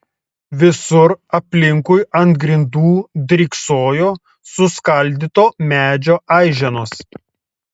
visur aplinkui ant grindų dryksojo suskaldyto medžio aiženos